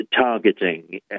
targeting